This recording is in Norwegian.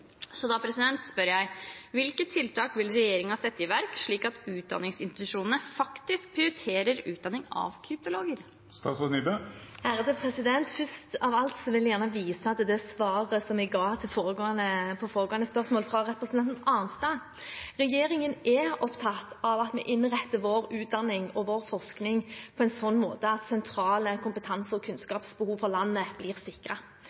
Hvilke tiltak vil regjeringen sette i verk slik at utdanningsinstitusjonene faktisk prioriterer utdanning av kryptologer?» Først av alt vil jeg gjerne vise til svaret jeg ga på foregående spørsmål fra representanten Arnstad. Regjeringen er opptatt av at vi innretter vår utdanning og vår forskning på en slik måte at sentrale kompetanse- og kunnskapsbehov for landet blir